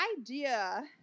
idea